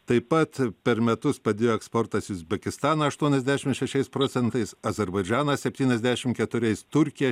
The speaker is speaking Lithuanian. taip pat per metus padėjo eksportas į uzbekistaną aštuoniasdešim šešiais procentais azerbaidžaną septyniasdešim keturiais turkija